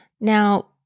Now